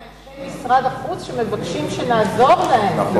מאנשי משרד החוץ שמבקשים שנעזור להם.